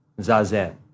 zazen